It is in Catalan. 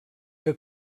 que